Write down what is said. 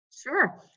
Sure